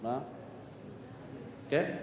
תודה.